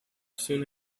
soon